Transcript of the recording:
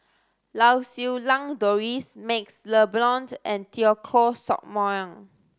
Lau Siew Lang Doris MaxLe Blond and Teo Koh Sock Miang